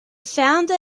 founder